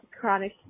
chronic